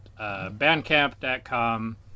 bandcamp.com